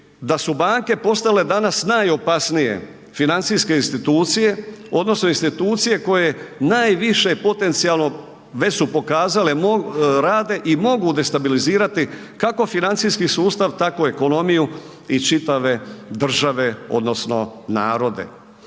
da su banke postale danas najopasnije financijske institucije odnosno institucije koje najviše potencijalno već su pokazale rade i mogu destabilizirati kako financijski sustav tako i ekonomiju i čitave države odnosno narode.